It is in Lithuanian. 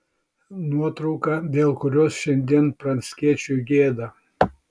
nuotrauka dėl kurios šiandien pranckiečiui gėda